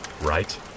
right